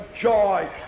joy